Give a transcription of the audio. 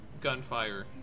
gunfire